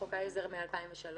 לחוק העזר מ-2003,